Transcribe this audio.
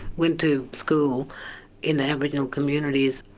went to school in the aboriginal communities.